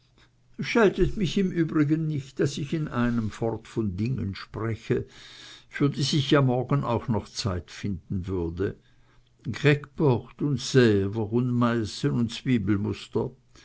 scheltet mich übrigens nicht daß ich in einem fort von dingen spreche für die sich ja morgen auch noch die zeit finden würde grecborte und svres und meißen und